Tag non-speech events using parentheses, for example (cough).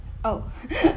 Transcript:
oh (laughs)